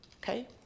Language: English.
okay